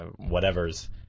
whatevers